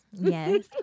Yes